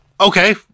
Okay